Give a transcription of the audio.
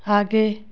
आगे